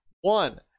one